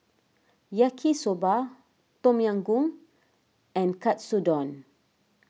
Yaki Soba Tom Yam Goong and Katsudon